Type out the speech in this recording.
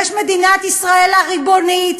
יש מדינת ישראל הריבונית,